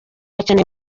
bakeneye